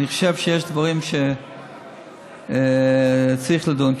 אני חושב שיש דברים שצריך לדון בהם.